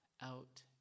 out